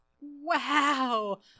Wow